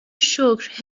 شکر